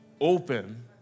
Open